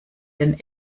den